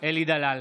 אלי דלל,